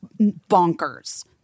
bonkers